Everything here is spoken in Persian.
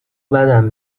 بدم